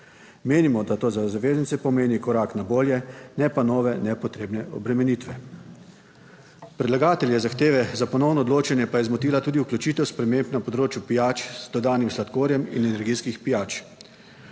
Menimo, da to za zavezance pomeni korak na bolje ne pa nove nepotrebne obremenitve. Predlagatelja zahteve za ponovno odločanje pa je zmotila tudi vključitev sprememb na področju pijač z dodanim sladkorjem in energijskih pijač.